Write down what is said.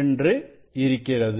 என்று இருக்கிறது